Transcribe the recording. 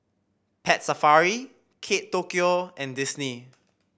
Pet Safari Kate Tokyo and Disney